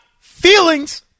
feelings